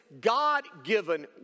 God-given